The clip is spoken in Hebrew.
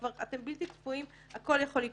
אתם בלתי צפויים, הכול יכול לקרות,